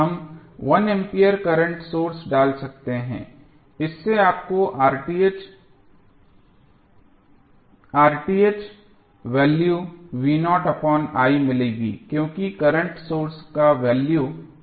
हम 1 ampere current source डाल सकते हैं इससे आपको वैल्यू मिलेगी क्योंकि करंट सोर्स का वैल्यू 1 है